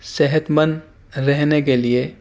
صحت مند رہنے کے لیے